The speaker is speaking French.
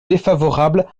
défavorable